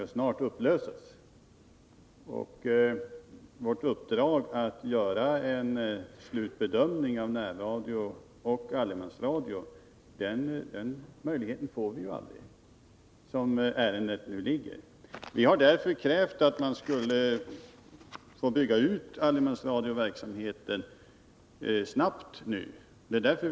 Vi får aldrig möjlighet att fullfölja vårt uppdrag att göra en slutbedömning av närradiooch allemansradioverksamheten, åtminstone som det nu förhåller sig. Vi har därför krävt att allemansradioverksamheten snabbt skall få byggas ut.